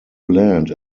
land